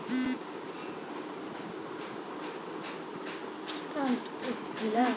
অনেক রাজ্যে আলাদা আলাদা সবজি ফসল হয়, যেমন পশ্চিমবাংলায় পেঁয়াজ কেরালায় আলু